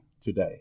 today